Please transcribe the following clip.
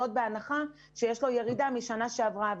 כל זאת בהנחה שיש ירידה מהשנה שעברה.